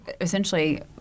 essentially